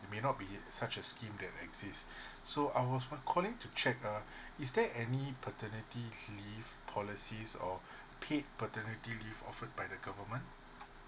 there may not be such a scheme that exist so I was calling to check uh is there any paternity leave policy or paid paternity leave offered by the government